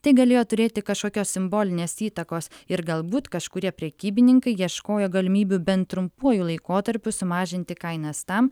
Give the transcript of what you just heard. tai galėjo turėti kažkokios simbolinės įtakos ir galbūt kažkurie prekybininkai ieškojo galimybių bent trumpuoju laikotarpiu sumažinti kainas tam